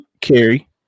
Carrie